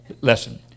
lesson